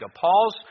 Paul's